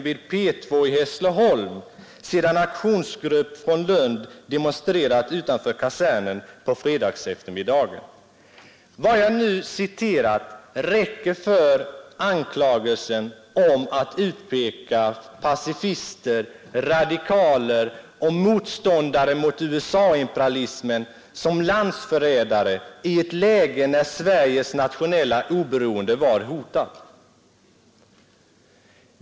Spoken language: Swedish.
vid P2 i Hässleholm sedan aktionsgrupp från Lund demonstrerat utanför kasernen på fredagseftermiddagen.” Vad jag nu citerat räcker för att utpeka pacifister, radikaler och motståndare mot USA-imperialismen som landsförrädare i ett läge när Sveriges nationella oberoende var hotat.